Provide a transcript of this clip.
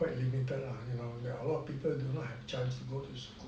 quite limited lah you know there are a lot of people don't chance to go to schools